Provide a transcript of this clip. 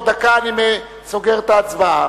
בעוד דקה אני סוגר את ההצבעה.